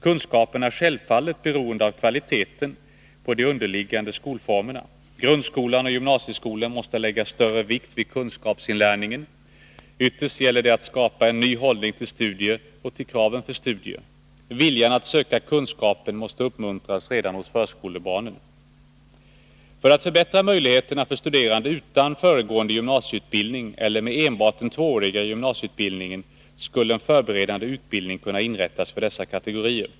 Kunskaperna är självfallet beroende av kvaliteten på de underliggande skolformerna. Grundskolan och gymnasieskolan måste lägga större vikt vid kunskapsinlärningen. Ytterst gäller det att skapa en ny hållning till studier och till kraven för studier. Viljan att söka kunskaper måste uppmuntras redan hos förskolebarnen. För att förbättra möjligheterna för studerande utan föregående gymnasieutbildning eller med enbart den tvååriga gymnasieutbildningen skulle en förberedande utbildning kunna inrättas för dessa kategorier.